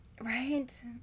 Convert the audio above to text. right